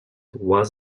was